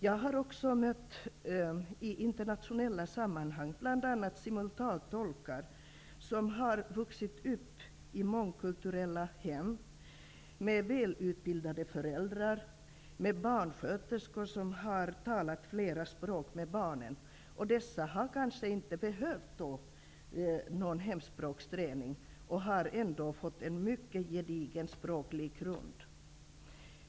Jag har också i internationella sammanhang mött bl.a. simultantolkar som vuxit upp i mångkulturella hem, med välutbildade föräldrar, med barnsköterskor som har talat flera språk med barnen. Dessa har då inte behövt någon hemspråksträning, och de har ändå fått en mycket gedigen språklig grund.